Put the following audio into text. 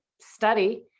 study